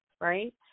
right